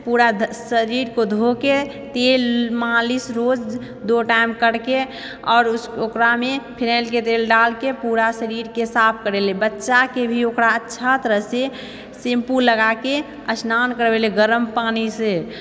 पूरा शरीर को धोके तेल मालिश रोज दो टाइम करिके आओर ओकरामे फिनाइलके तेल डालके पूरा शरीरके साफ करै लए बच्चाके भी ओकरा अच्छा तरहसँ सेम्पू लगाके स्नान करवै ला गरम पानिसँ